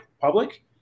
public